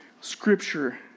scripture